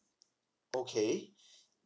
okay